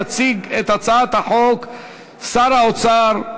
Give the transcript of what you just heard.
יציג את הצעת החוק שר האוצר,